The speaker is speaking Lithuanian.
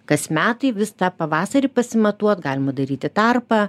kas metai vis tą pavasarį pasimatuot galima daryti tarpą